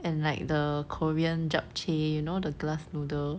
and like the korean japchae you know the glass noodle